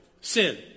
sin